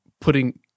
putting